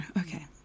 okay